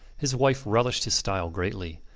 his wife relished his style greatly.